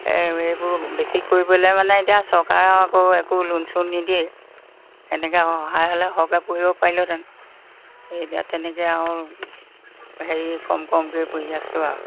এই সেইবোৰ বেছি কৰিবলৈ মানে এতিয়া চৰকাৰেও আকৌ একো লোন চোন নিদিয়েই তেনেকৈ সহায় হ'লে সৰহকৈ পুহিব পাৰিলোহেঁতেন এতিয়া তেনেকৈ আৰু হেৰি কম কমকৈ পুহি আছোঁ আৰু